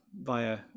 via